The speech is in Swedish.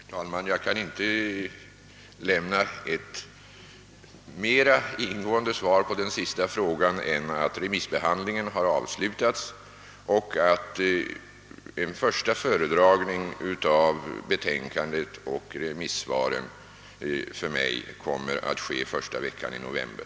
Herr talman! Jag kan inte lämna ett mera ingående svar på den senaste frågan än att remissbehandlingen har avslutats och att en första föredragning för mig av betänkandet och remissvaren kommer att äga rum första veckan i november.